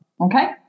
Okay